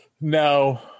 No